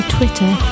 Twitter